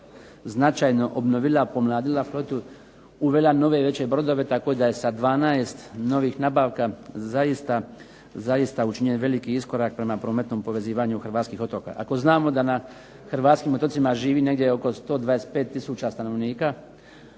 značajno obnovila, pomladila flotu, uvela nove, veće brodove tako da je sa 12 novih nabavka zaista učinjen veliki iskorak prema prometnom povezivanju hrvatskih otoka. Ako znamo da na hrvatskim otocima živi negdje oko 125 tisuća stanovnika,